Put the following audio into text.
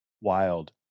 wild